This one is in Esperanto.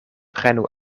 prenu